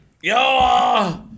yo